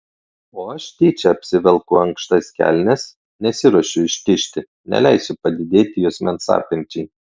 o aš tyčia apsivelku ankštas kelnes nesiruošiu ištižti neleisiu padidėti juosmens apimčiai